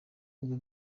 ubu